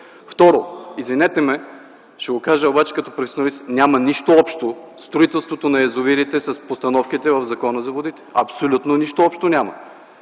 Второ, извинете ме, ще го кажа обаче като професионалист: няма нищо общо строителството на язовирите с постановките в Закона за водите. Абсолютно нищо общо няма.